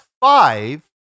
five